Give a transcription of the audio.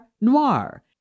noir